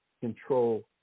Control